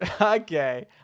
Okay